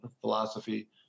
philosophy